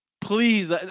Please